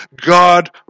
God